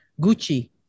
Gucci